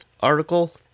article